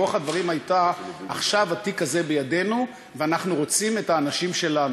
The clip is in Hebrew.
רוח הדברים הייתה: עכשיו התיק הזה בידינו ואנחנו רוצים את האנשים שלנו.